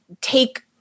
take